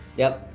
yup.